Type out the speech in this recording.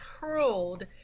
hurled